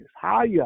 Higher